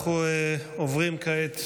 אנחנו עוברים כעת